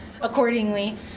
accordingly